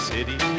City